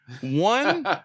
One